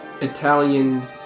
Italian